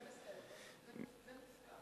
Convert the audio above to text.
זה בסדר, זה מוסכם.